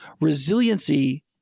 resiliency